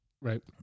Right